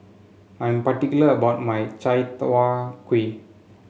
I'm particular about my Chai Tow Kway